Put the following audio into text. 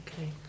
Okay